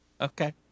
Okay